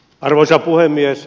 arvoisa puhemies